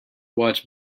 watch